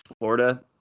Florida